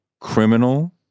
criminal